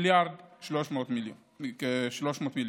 כ-1.3 מיליארד ש"ח.